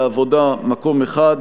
העבודה: מקום אחד.